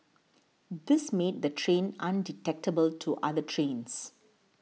this made the train undetectable to other trains